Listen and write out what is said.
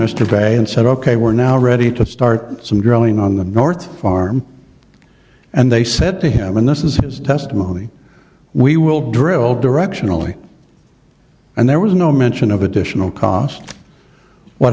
barry and said ok we're now ready to start some growing on the north farm and they said to him and this is his testimony we will drill directionally and there was no mention of additional costs what